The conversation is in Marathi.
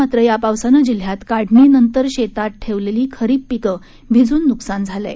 मात्र या पावसानं जिल्ह्यात काढणीनंतर शेतात ठेवलेली खरिप पिकं भिजून नुकसान झालं आहे